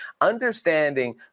understanding